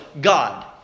God